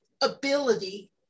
ability